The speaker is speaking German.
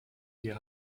wir